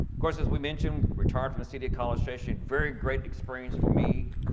course, as we mentioned, retired from the city college station, very great experience for me,